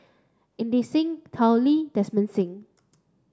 Inderjit Singh Tao Li Desmond Sim